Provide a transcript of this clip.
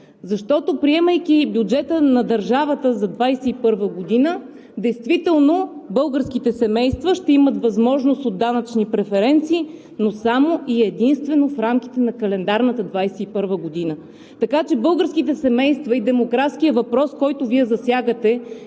Защото приемайки бюджета на държавата за 2021 г. действително българските семейства ще имат възможност от данъчни преференции, но само и единствено в рамките на календарната 2021 г. Така че българските семейства и демографският въпрос, който Вие засягате